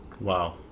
Wow